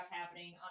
happening